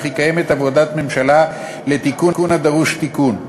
וכי קיימת עבודה בממשלה לדרוש תיקון.